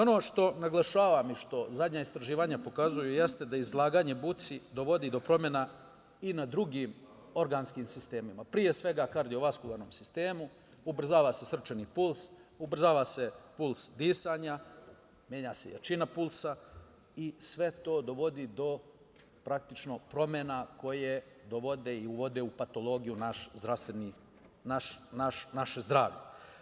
Ono što naglašavam i što zadnja istraživanja pokazuju jeste da izlaganje buci dovodi do promena i na drugim organskim sistemima, pre svega kardiovaskularnom sistemu, ubrzava se srčani puls, ubrzava se puls disanja, menja se jačina pulsa i sve to dovodi do praktično promena koje dovode i uvode u patologiju naše zdravlje.